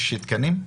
יש תקציב?